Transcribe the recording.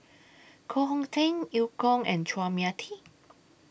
Koh Hong Teng EU Kong and Chua Mia Tee